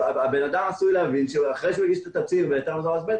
הבן אדם עשוי להבין שאחרי שהוא הגיש את התצהיר בהיתר מזורז ב',